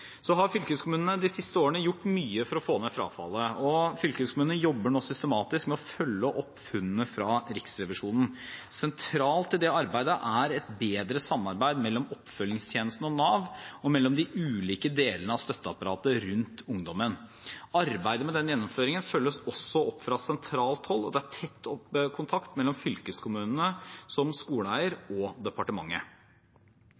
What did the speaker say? har de siste årene gjort mye for å få ned frafallet, og fylkeskommunene jobber nå systematisk med å følge opp funnene til Riksrevisjonen. Sentralt i det arbeidet er et bedre samarbeid mellom oppfølgingstjenesten og Nav og mellom de ulike delene av støtteapparatet rundt ungdommen. Arbeidet med den gjennomføringen følges også opp fra sentralt hold, og det er tett kontakt mellom fylkeskommunene som